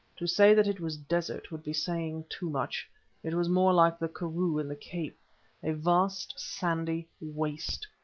to say that it was desert would be saying too much it was more like the karroo in the cape a vast sandy waste,